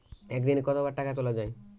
একদিনে কতবার টাকা তোলা য়ায়?